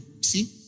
See